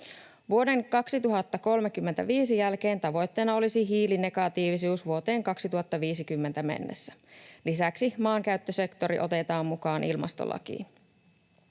Vuoden 2035 jälkeen tavoitteena olisi hiilinegatiivisuus vuoteen 2050 mennessä. Lisäksi maankäyttösektori otetaan mukaan ilmastolakiin.